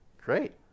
Great